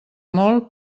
molt